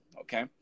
Okay